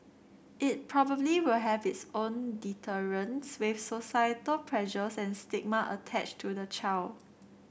it probably will have its own deterrents with societal pressures and stigma attached to the child